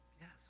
Yes